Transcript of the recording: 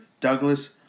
Douglas